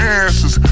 answers